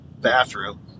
bathroom